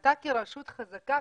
אתה כרשות חזקה,